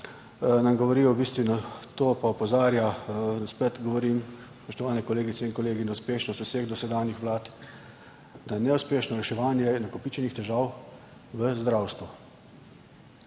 govori pa opozarja na to, spet govorim, spoštovane kolegice in kolegi, na uspešnost vseh dosedanjih vlad, da je neuspešno reševanje nakopičenih težav v zdravstvu,